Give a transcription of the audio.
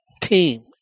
team